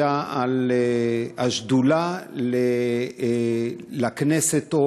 היה על שדולה לכנסת,